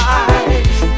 eyes